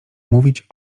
mówić